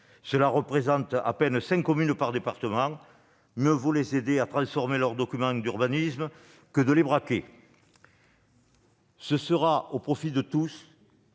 cela représente à peine 5 communes par département. Mieux vaut les aider à transformer leurs documents d'urbanisme que les braquer. Ce sera au profit de tous